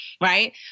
Right